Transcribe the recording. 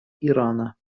ирана